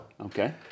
Okay